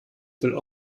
will